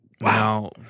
Wow